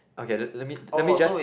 okay le~ let me let me just